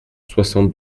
soixante